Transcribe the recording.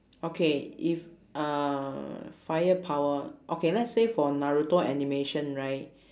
okay if uh fire power okay let's say for naruto animation right